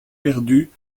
perdus